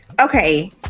Okay